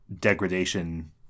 degradation